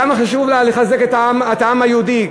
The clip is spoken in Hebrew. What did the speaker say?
כמה חשוב לה לחזק את העם היהודי,